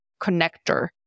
connector